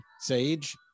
Sage